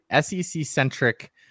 SEC-centric